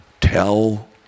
Tell